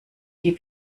die